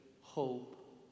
hope